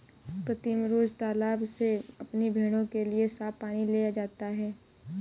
प्रीतम रोज तालाब से अपनी भेड़ों के लिए साफ पानी ले जाता है